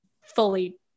fully